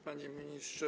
Panie Ministrze!